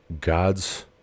God's